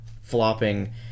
flopping